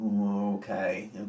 Okay